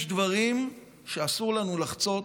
יש דברים שאסור לנו לחצות,